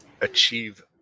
achieve